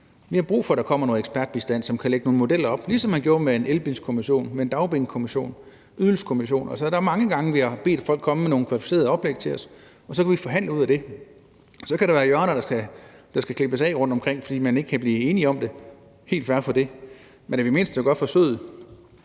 Vi har brug for, at der kommer noget ekspertbistand, som kan lægge nogle modeller op, ligesom man gjorde med en elbilkommission, med en dagpengekommission, en ydelseskommission. Der er mange gange, vi har bedt folk komme med nogle kvalificerede oplæg til os, og så kan vi forhandle ud fra det. Så kan der være hjørner, der skal klippes af rundtomkring, fordi man ikke kan blive enige om det. Det er helt fair. Men i det mindste at gøre forsøget